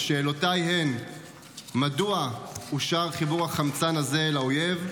שאלותיי: 1. מדוע אושר חיבור החמצן הזה לאויב?